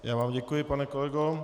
Já vám děkuji, pane kolego.